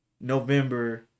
November